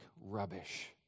rubbish